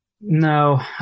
no